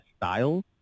styles